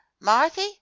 Marthy